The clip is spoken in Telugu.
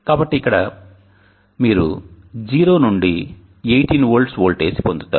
కాబట్టి ఇక్కడ మీరు 0 నుండి 18V వోల్టేజ్ పొందుతారు